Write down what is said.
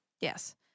yes